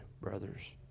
brothers